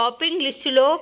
తరువాత